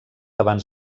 abans